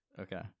okay